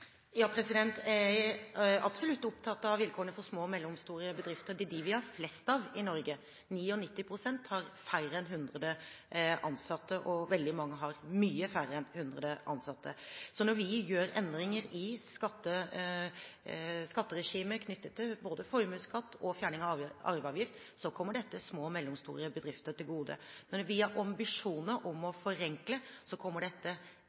absolutt opptatt av vilkårene for små og mellomstore bedrifter, det er jo dem det er flest av i Norge. 99 pst. har færre enn 100 ansatte, og veldig mange har langt færre enn 100 ansatte. Så når vi gjør endringer i skatteregimet knyttet til både formuesskatt og fjerning av arveavgift, kommer dette små og mellomstore bedrifter til gode. Når vi har ambisjoner om å forenkle, kommer dette